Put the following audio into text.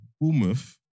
Bournemouth